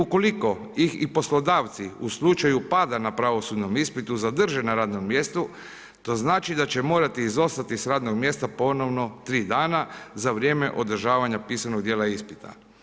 Ukoliko ih poslodavci, u slučaju pada na pravosudnom ispitu, zadrže na radnom mjestu, to znači da će morati izostati iz radnog mjesta, ponovno 3 dana, za vrijeme održavanja, pisanog dijela ispita.